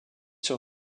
sur